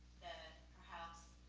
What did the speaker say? that perhaps